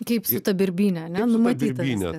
kaip su ta birbyne ane numatyta viskas